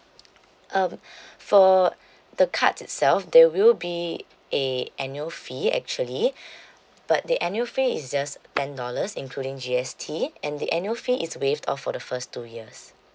um for the card itself there will be a annual fee actually but the annual fee is just ten dollars including G_S_T and the annual fee is waived off for the first two years